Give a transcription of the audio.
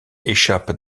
échappe